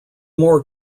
more